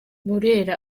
burera